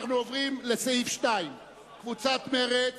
אנחנו עוברים לסעיף 2. קבוצת מרצ